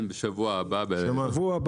זה יהיה בשבוע הבא.